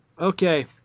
Okay